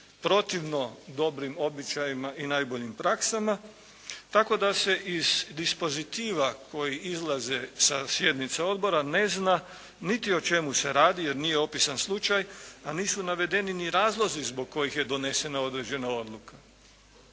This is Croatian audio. protivno dobrim običajima i najboljim praksama, tako da se iz dispozitiva koji izlaze sa sjednica odbora ne zna niti o čemu se radi jer nije opisan slučaj, a nisu navedeni razlozi zbog kojih je donesena određena odluka.